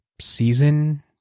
season